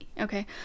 Okay